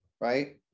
right